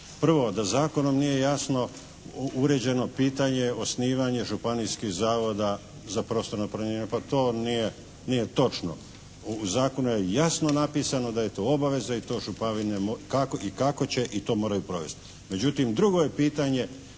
Prvo da zakonom nije jasno uređeno pitanje osnivanje županijskih zavoda za prostorno planiranje, pa to nije točno. U zakonu je jasno napisano da je to obaveza i to županije i kako će i to moraju provesti. Međutim, drugo je pitanje